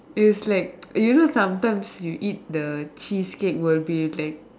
it's like you know sometimes you eat the cheesecake will be like